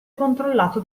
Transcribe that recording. controllato